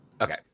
Okay